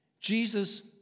Jesus